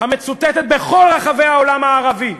המצוטטת בכל רחבי העולם הערבי,